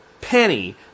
penny